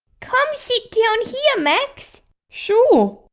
come sit down here, max sure!